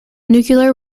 nuclear